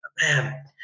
man